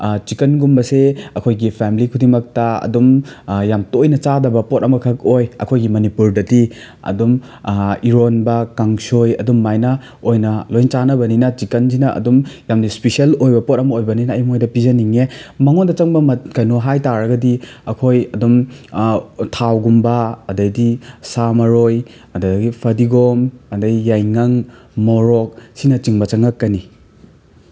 ꯆꯤꯛꯀꯟꯒꯨꯝꯕꯁꯦ ꯑꯩꯈꯣꯏꯒꯤ ꯐꯦꯃꯤꯂꯤ ꯈꯨꯗꯤꯡꯃꯛꯇ ꯑꯗꯨꯝ ꯌꯥꯝ ꯇꯣꯏꯅ ꯆꯥꯗꯕ ꯄꯣꯠ ꯑꯃꯈꯛ ꯑꯣꯏ ꯑꯩꯈꯣꯏꯒꯤ ꯃꯅꯤꯄꯨꯔꯗꯗꯤ ꯑꯗꯨꯝ ꯏꯔꯣꯟꯕ ꯀꯥꯡꯁꯣꯏ ꯑꯗꯨꯝꯃꯥꯏꯅ ꯑꯣꯏꯅ ꯂꯣꯏ ꯆꯥꯅꯕꯅꯤꯅ ꯆꯤꯛꯀꯟꯁꯤꯅ ꯑꯗꯨꯝ ꯌꯥꯝꯅ ꯏꯁꯄꯤꯁꯤꯌꯜ ꯑꯣꯏꯕ ꯄꯣꯠ ꯑꯃ ꯑꯣꯏꯕꯅꯤꯅ ꯑꯩꯅ ꯃꯣꯏꯗ ꯄꯤꯖꯅꯤꯡꯉꯦ ꯃꯉꯣꯟꯗ ꯆꯪꯕ ꯀꯩꯅꯣ ꯍꯥꯏꯇꯥꯔꯒꯗꯤ ꯑꯩꯈꯣꯏ ꯑꯗꯨꯝ ꯊꯥꯎꯒꯨꯝꯕ ꯑꯗꯩꯗꯤ ꯁꯥ ꯃꯔꯣꯏ ꯑꯗꯒꯤ ꯐꯗꯤꯒꯣꯝ ꯑꯗꯒꯤ ꯌꯥꯏꯉꯪ ꯃꯣꯔꯣꯛꯁꯤꯅꯆꯤꯡꯕ ꯆꯪꯉꯛꯀꯅꯤ